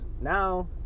now